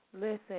Listen